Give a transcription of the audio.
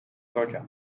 georgia